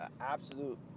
absolute